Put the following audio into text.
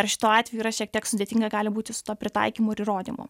ar šituo atveju yra šiek tiek sudėtinga gali būti su tuo pritaikymu ir įrodymu